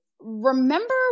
remember